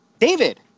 David